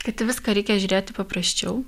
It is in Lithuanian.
kad į viską reikia žiūrėti paprasčiau